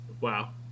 wow